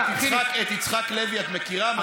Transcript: את יצחק לוי את מכירה?